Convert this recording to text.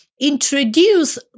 introduce